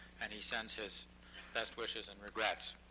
and he sends his best wishes and regrets.